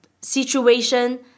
situation